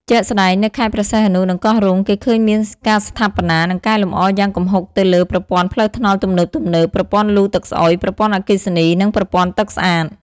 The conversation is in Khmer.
ជាក់ស្តែង នៅខេត្តព្រះសីហនុ និងកោះរ៉ុង គេឃើញមានការស្ថាបនា និងកែលម្អយ៉ាងគំហុកទៅលើ ប្រព័ន្ធផ្លូវថ្នល់ទំនើបៗ ប្រព័ន្ធលូទឹកស្អុយ ប្រព័ន្ធអគ្គិសនី និងប្រព័ន្ធទឹកស្អាត។